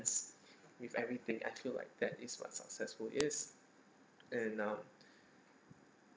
with everything I feel like that is what successful is and um